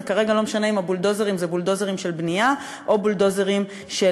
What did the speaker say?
וזה כרגע לא משנה אם הבולדוזרים זה בולדוזרים של בנייה או בולדוזרים של